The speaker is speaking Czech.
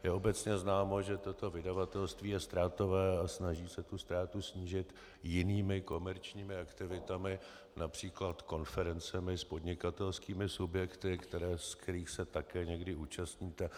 Je obecně známo, že toto vydavatelství je ztrátové a snaží se tu ztrátu snížit jinými komerčními aktivitami, například konferencemi s podnikatelskými subjekty, kterých se také někdy účastníte.